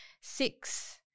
six